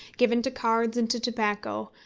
given to cards and to tobacco,